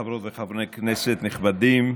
חברות וחברי כנסת נכבדים,